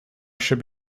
should